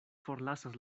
forlasas